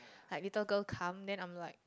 like little girl come then I'm like